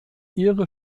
ihre